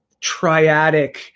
triadic